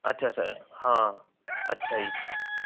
ਅੱਛਾ ਅੱਛਾ ਹਾਂ ਅੱਛਾ ਜੀ